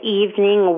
evening